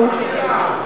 אפילו,